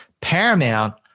Paramount